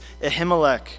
Ahimelech